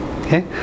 okay